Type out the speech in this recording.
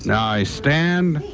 and i stand.